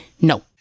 No